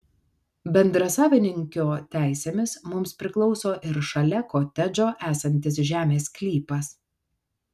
bendrasavininkio teisėmis mums priklauso ir šalia kotedžo esantis žemės sklypas